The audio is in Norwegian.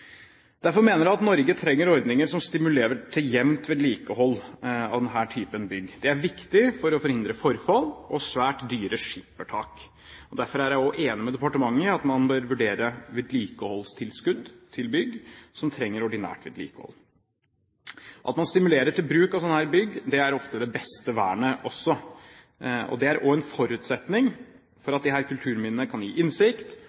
Derfor mener jeg at Norge trenger ordninger som stimulerer til jevnt vedlikehold av denne typen bygg. Det er viktig for å forhindre forfall og svært dyre skippertak. Derfor er jeg også enig med departementet i at man bør vurdere vedlikeholdstilskudd til bygg som trenger ordinært vedlikehold. At man stimulerer til bruk av sånne bygg, er ofte det beste vernet også, og det er også en forutsetning for at disse kulturminnene kan gi innsikt,